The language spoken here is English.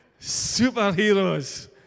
Superheroes